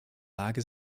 lage